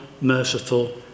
merciful